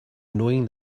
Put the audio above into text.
knowing